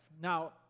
Now